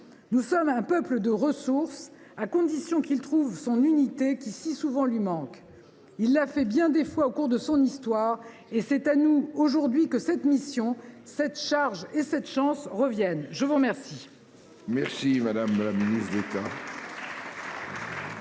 Nous sommes un peuple doté de ressources, à la condition qu’il trouve l’unité qui si souvent lui manque. Il l’a fait bien des fois au cours de son histoire, et c’est à nous aujourd’hui que cette mission, cette charge et cette chance reviennent. » Acte